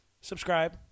subscribe